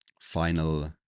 final